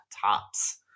tops